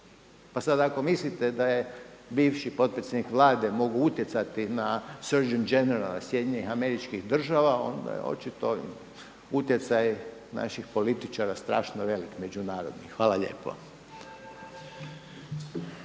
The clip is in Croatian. Pa sad ako mislite da je bivši potpredsjednik Vlade mogao utjecati na Search and generala SAD-a onda je očito utjecaj naših političara strašno velik međunarodni. Hvala lijepo.